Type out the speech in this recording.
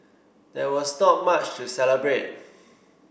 there was not much to celebrate